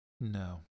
No